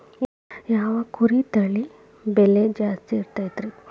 ಯಾವ ಕುರಿ ತಳಿ ಬೆಲೆ ಜಾಸ್ತಿ ಇರತೈತ್ರಿ?